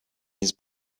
his